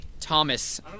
Thomas